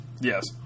Yes